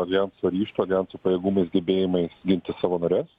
aljeso ryžto aljeso pajėgumais gebėjimais ginti savo nares